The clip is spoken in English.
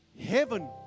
heaven